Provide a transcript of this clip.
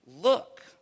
Look